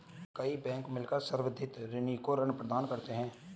कई बैंक मिलकर संवर्धित ऋणी को ऋण प्रदान करते हैं